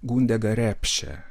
gundė garepšė